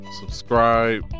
subscribe